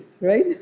right